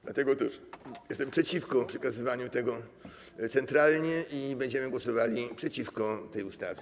Dlatego też jestem przeciwko przekazywaniu tego centralnie i będziemy głosowali przeciwko tej ustawie.